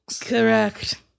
correct